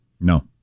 no